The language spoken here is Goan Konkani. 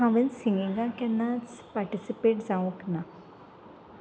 हांवें सिंगिंगाक केन्नाच पार्टिसिपेट जावंक ना